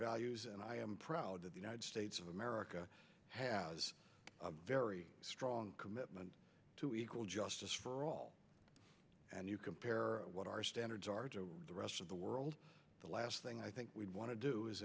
values and i am proud of the united states of america has a very strong commitment to equal justice for all and you compare what our standards are to the rest of the world the last thing i think we want to do is